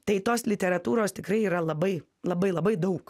tai tos literatūros tikrai yra labai labai labai daug